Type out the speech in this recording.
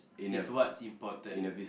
it's what's important